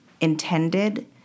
intended